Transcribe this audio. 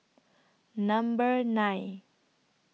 Number nine